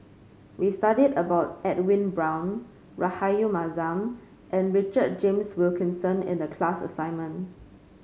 we studied about Edwin Brown Rahayu Mahzam and Richard James Wilkinson in the class assignment